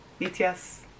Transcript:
BTS